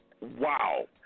Wow